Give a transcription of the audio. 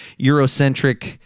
Eurocentric